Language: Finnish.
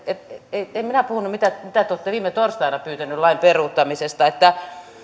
en minä puhunut mitään siitä mitä te olette viime torstaina pyytäneet lain peruuttamisesta